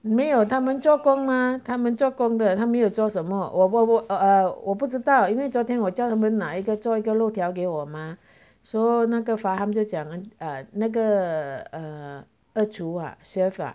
没有他们做工 mah 他们做工的他没有做什么我我我 err 我不知道因为昨天我叫他们拿一个做一个肉条给我吗 so 那个 faham 就讲 err 那个 err 二厨啊 chef